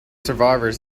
survivors